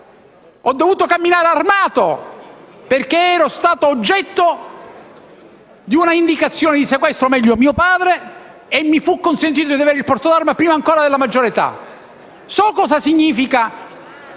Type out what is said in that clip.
ho dovuto camminare armato, perché ero stato oggetto di un'indicazione di sequestro, o meglio lo fu mio padre, e mi fu consentito di avere il porto d'armi prima ancora della maggiore età. So cosa significa